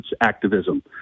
activism